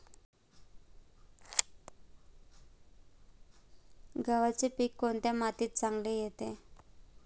गव्हाचे पीक कोणत्या मातीत चांगले येते?